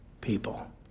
people